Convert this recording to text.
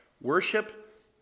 worship